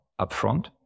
upfront